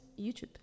youtube